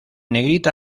negrita